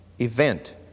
event